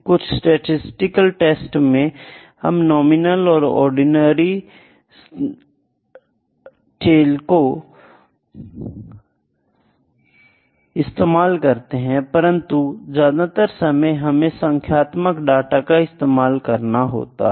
कुछ statistical test में हम नॉमिनल और ऑर्डिनरी टेल्को इस्तेमाल करते हैं परंतु ज्यादातर समय हमें संख्यात्मक डाटा का इस्तेमाल करना होता है